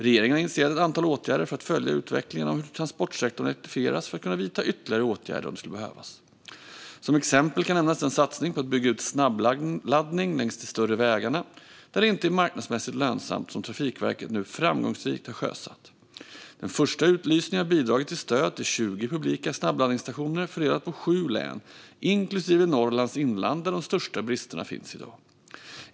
Regeringen har initierat ett antal åtgärder för att följa utvecklingen av hur transportsektorn elektrifieras för att kunna vidta ytterligare åtgärder om det skulle behövas. Som exempel kan nämnas den satsning på att bygga ut snabbladdning längs de större vägarna där det inte är marknadsmässigt lönsamt som Trafikverket nu framgångsrikt har sjösatt. Den första utlysningen har bidragit till stöd till 20 publika snabbladdningsstationer fördelat på sju län, även i Norrlands inland där de största bristerna finns i dag.